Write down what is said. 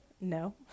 no